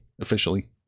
officially